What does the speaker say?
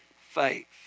faith